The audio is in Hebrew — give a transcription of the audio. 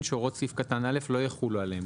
שהוראות סעיף קטן (א) לא יחולו עליהם.